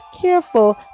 careful